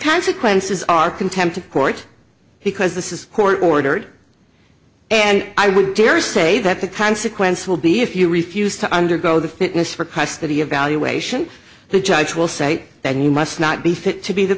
consequences are contempt of court because this is court ordered and i would dare say that the consequence will be if you refuse to undergo the fitness for custody evaluation the judge will say that he must not be fit to be the